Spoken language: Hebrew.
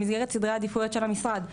במסגרת סדרי העדיפויות של המשרד,